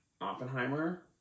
Oppenheimer